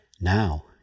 Now